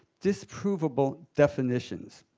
disprovable definitions.